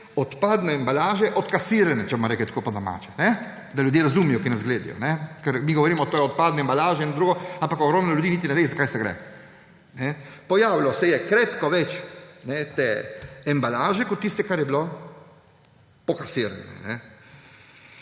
odpadne embalaže od kasirane, če bomo rekli tako po domače, da ljudje, ki nas gledajo, razumejo. Ker mi govorimo o tej odpadni embalaži in drugo, ampak ogromno ljudi niti ne ve, za kaj gre. Pojavilo se je krepko več te embalaže kot tiste, kar je bilo pokasirane.